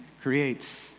creates